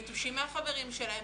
נטושים מהחברים שלהם.